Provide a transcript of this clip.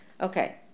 Okay